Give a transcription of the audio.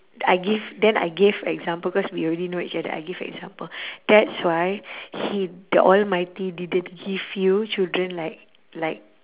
I give then I gave example cause we already know each other I give example that's why he the almighty didn't give you children like like